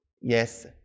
yes